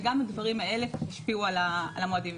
וגם הדברים האלה השפיעו על המועדים,